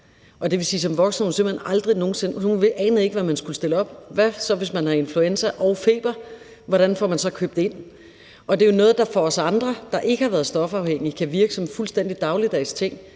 det. Hun anede ikke, hvad man skulle stille op – hvis man har influenza og har feber, hvordan får man så købt ind? Det er jo noget, der for os andre, der ikke har været stofafhængige, kan virke som en fuldstændig dagligdags ting,